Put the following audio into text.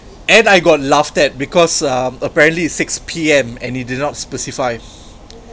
and I got laughed at because um apparently it's six P_M and they did not specify